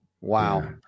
Wow